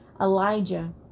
Elijah